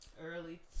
early